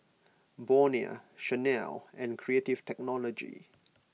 Bonia Chanel and Creative Technology